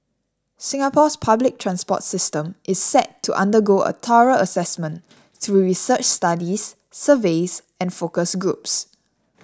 Singapore's public transport system is set to undergo a thorough assessment through research studies surveys and focus groups